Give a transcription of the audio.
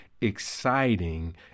exciting